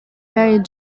married